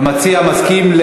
המציע מסכים?